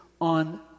on